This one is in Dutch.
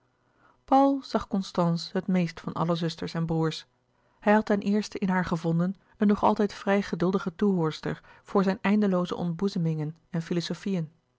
paul zag constance het meest van alle zusters en broêrs hij had ten eerste in haar gevonden een nog altijd vrij geduldige toehoordster voor zijn eindelooze ontboezemingen en filozofieën